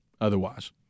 otherwise